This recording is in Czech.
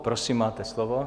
Prosím, máte slovo.